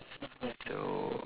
so